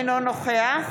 אינו נוכח